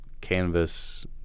canvas